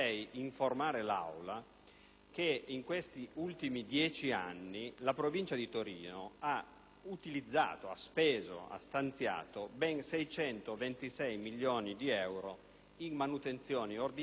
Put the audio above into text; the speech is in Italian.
che in questi ultimi dieci anni la Provincia di Torino ha stanziato ben 626 milioni di euro in manutenzione ordinaria e straordinaria